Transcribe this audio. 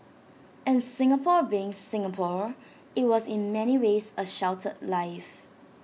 and Singapore being Singapore IT was in many ways A sheltered life